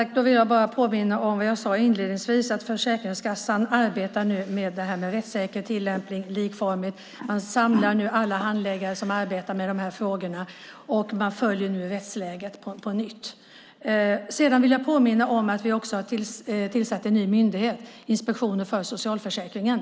Herr talman! Jag vill påminna om vad jag sade inledningsvis, nämligen att Försäkringskassan arbetar med rättssäker tillämpning och likformighet. Man samlar alla handläggare som arbetar med de här frågorna och följer rättsläget på nytt. Jag vill också påminna om att vi har tillsatt en ny myndighet, Inspektionen för socialförsäkringen.